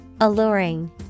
Alluring